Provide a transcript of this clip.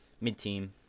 mid-team